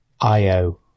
IO